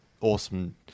awesome